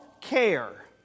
care